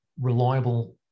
reliable